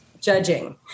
judging